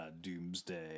doomsday